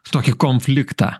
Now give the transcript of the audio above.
tokį konfliktą